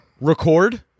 Record